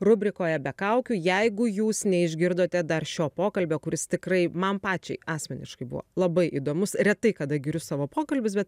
rubrikoje be kaukių jeigu jūs neišgirdote dar šio pokalbio kuris tikrai man pačiai asmeniškai buvo labai įdomus retai kada giriu savo pokalbius bet